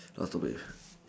last topic